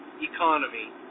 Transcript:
economy